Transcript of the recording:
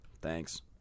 thanks